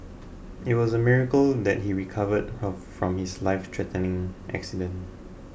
it was a miracle that he recovered her from his lifethreatening accident